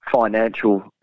financial